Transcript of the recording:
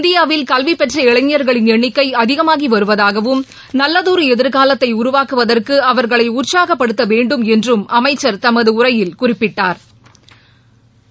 இந்தியாவில் கல்வி பெற்ற இளைஞர்களின் எண்ணிக்கை அதிகமாகி வருவதாகவும் நல்லதொரு எதிர்காலத்தை உருவாக்குவதற்கு அவர்களை உற்சாகப்படுத்த வேண்டும் என்றும் அமைச்சா் தமது உரையில் குறிப்பிட்டாா்